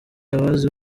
abazi